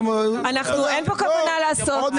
אין פה כוונה לעשות --- לא,